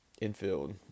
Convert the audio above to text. infield